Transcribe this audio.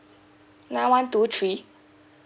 nine one two three